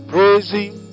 Praising